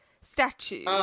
statue